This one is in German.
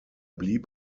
blieb